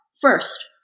first